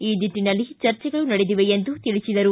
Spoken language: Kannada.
ಈ ನಿಟ್ಟನಲ್ಲಿ ಚರ್ಚೆಗಳು ನಡೆದಿವೆ ಎಂದು ತಿಳಿಸಿದರು